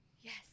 yes